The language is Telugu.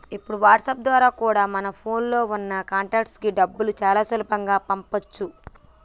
ఇప్పుడు వాట్సాప్ ద్వారా కూడా మన ఫోన్ లో ఉన్న కాంటాక్ట్స్ కి డబ్బుని చాలా సులభంగా పంపించొచ్చు